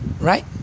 right